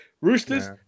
Roosters